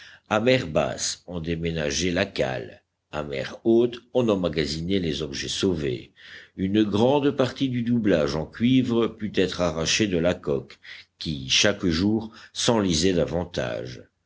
mer basse on déménageait la cale à mer haute on emmagasinait les objets sauvés une grande partie du doublage en cuivre put être arrachée de la coque qui chaque jour s'enlisait davantage